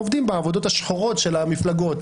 עובדים בעבודות השחורות של המפלגות,